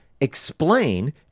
explain